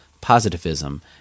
positivism